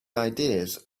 ideas